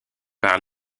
par